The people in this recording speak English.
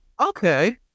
okay